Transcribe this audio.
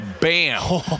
bam